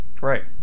Right